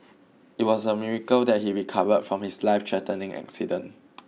it was a miracle that he recovered from his life threatening accident